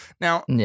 Now